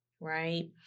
right